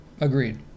Agreed